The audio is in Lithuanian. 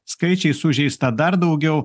skaičiai sužeista dar daugiau